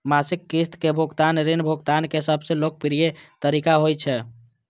मासिक किस्त के भुगतान ऋण भुगतान के सबसं लोकप्रिय तरीका होइ छै